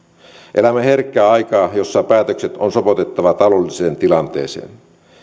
elämme herkkää aikaa jossa päätökset on sopeutettava taloudelliseen tilanteeseen